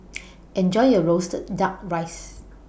Enjoy your Roasted Duck Rice